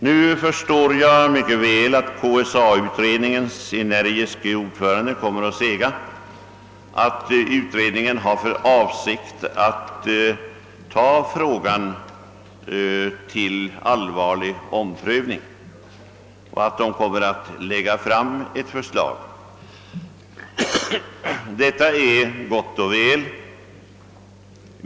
Jag förstår mycket väl att KSA-utredningens energiske ordförande till detta kommer att säga, att utredningen har för avsikt att ta frågan till allvarlig omprövning och kommer att lägga fram ett förslag till en sådan försäkring. Det är gott och väl.